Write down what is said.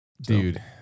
Dude